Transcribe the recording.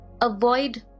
Avoid